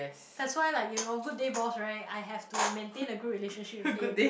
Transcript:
that's why lah you know good day boss right I have to maintain a good relationship with him